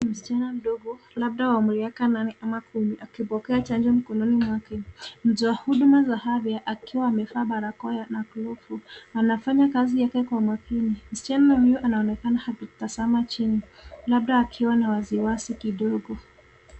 Msichana mdogo labda wa miaka nane ama kumi akipokea chanjo mkononi mwake. Mtoa huduma za afya akiwa amevaa barakoa na glovu anafanya kazi yake kwa makini. Msichana huyo anaonekana akitazama chini, labda akiwa na wasiwasi kidogo.